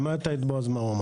שמעת את מה שבועז אמר.